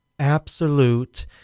absolute